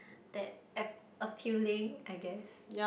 that ap~ appealing I guess